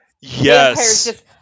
yes